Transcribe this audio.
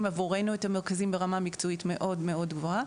עבורנו את המרכזים ברמה מקצועית מאוד גבוהה.